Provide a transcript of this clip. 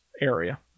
area